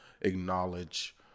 acknowledge